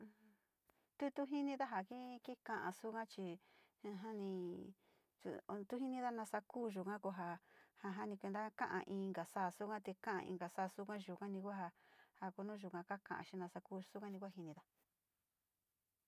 Tu, tu jinida ja ji ki ka'a suga chi ja, ja, ni tu jinisa nasa kuu yuga koo ja, ja ja ni kuenta ka'a inka saa suga te ka'a inka saa suga yukani kua ja, ja nu koo yuga ja kaka'a xii nasa kuu, ja yukani kuu ja jinisa.